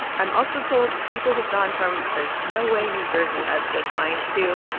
i'm also told people have gone from, there's no way new jersey has good wine, to,